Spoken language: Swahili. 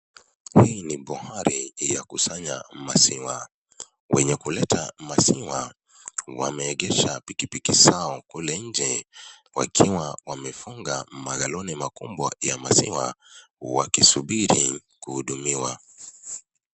Hii ni bohari ya kusanya maziwa. Wenye kuleta maziwa wameegesha pikipiki zao kule nje, wakiwa wamefungua magoloni makubwa ya maziwa wakisubiri kuhudumiwa.